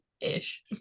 ish